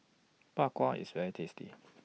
Bak Kwa IS very tasty